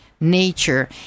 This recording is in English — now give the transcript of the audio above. nature